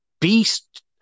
beast